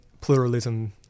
pluralism